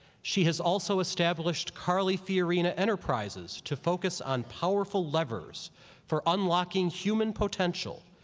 she has also established carly fiorina enterprises to focus on powerful levers for unlocking human potential,